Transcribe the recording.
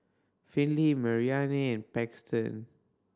Finley Marianne and Paxton